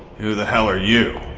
who the hell are you?